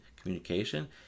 communication